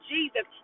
Jesus